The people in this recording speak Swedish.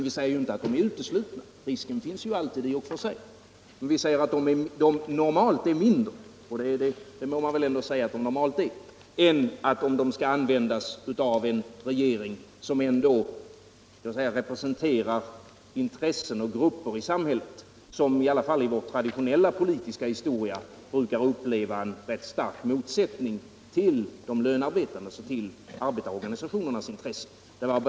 Vi säger dock inte att den är utesluten —- risken finns alltid i och för sig. Men vi säger att den normalt är mindre —- och det är väl riktigt — än om man har en regering som representerar grupper i samhället som i alla fall i vår traditionella politiska historia har brukat uppleva en rätt stark motsättning till de lönarbetande, alltså till arbetarorganisationernas intressen.